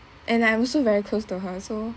and I'm also very close to her so